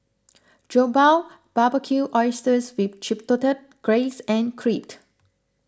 Jokbal Barbecued Oysters with Chipotle Glaze and Creed